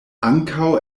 ankaŭ